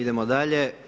Idemo dalje.